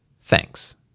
Thanks